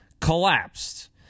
collapsed